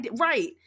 Right